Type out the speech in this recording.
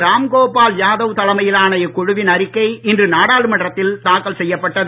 ராம்கோபால் யாதவ் தலைமையிலான இக்குழுவின் அறிக்கை இன்று நாடாளுமன்றத்தில் தாக்கல் செய்யப் பட்டது